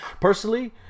Personally